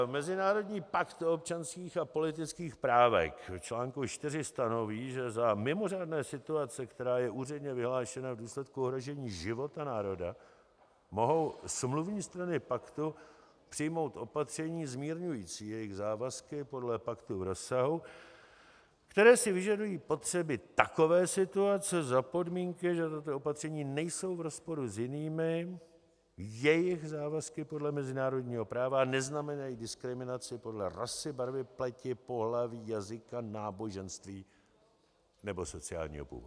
Mezinárodní pakt o občanských a politických právech v článku 4 stanoví, že za mimořádné situace, která je úředně vyhlášena v důsledku ohrožení života národa, mohou smluvní strany paktu přijmout opatření zmírňující jejich závazky podle paktu v rozsahu, který si vyžadují potřeby takové situace, za podmínky, že tato opatření nejsou v rozporu s jinými jejich závazky podle mezinárodního práva a neznamenají diskriminaci podle rasy, barvy pleti, pohlaví, jazyka, náboženství nebo sociálního původu.